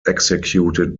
executed